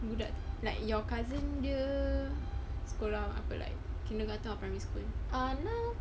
budak like your cousin dia sekolah apa like kindergarten or primary school